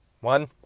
One